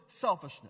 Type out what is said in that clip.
selfishness